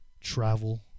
travel